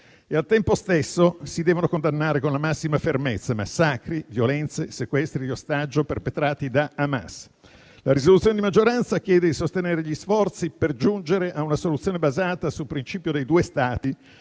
Al tempo stesso, si devono condannare con la massima fermezza massacri, violenze e sequestri di ostaggi perpetrati da Hamas. La proposta di risoluzione di maggioranza chiede di sostenere gli sforzi per giungere a una soluzione basata sul principio dei due Stati